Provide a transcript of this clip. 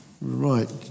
Right